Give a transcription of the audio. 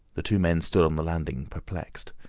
the two men stood on the landing perplexed.